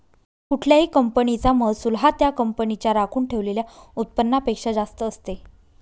कुठल्याही कंपनीचा महसूल हा त्या कंपनीच्या राखून ठेवलेल्या उत्पन्नापेक्षा जास्त असते